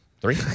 Three